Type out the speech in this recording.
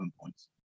points